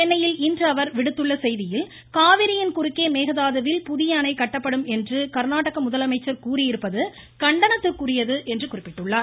சென்னையில் இன்று அவர் விடுத்துள்ள செய்தியில் காவிரியின் குறுக்கே மேகதாதுவில் புதிய அணை கட்டப்படும் என்று கர்நாடக முதலமைச்சர் கூறியிருப்பது கண்டனத்திற்குரியது என்று குறிப்பிட்டுள்ளார்